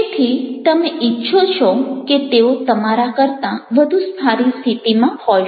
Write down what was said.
તેથી તમે ઇચ્છો છો કે તેઓ તમારા કરતાં વધુ સારી સ્થિતિમાં હોઈ શકે